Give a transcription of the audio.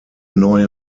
neue